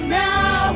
now